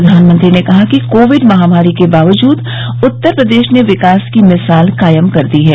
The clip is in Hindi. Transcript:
प्रधानमंत्री ने कहा कि कोविड महामारी के बावजूद उत्तर प्रदेश ने विकास की मिसाल कायम कर दी है